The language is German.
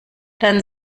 dann